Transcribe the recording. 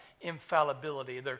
infallibility